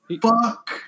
fuck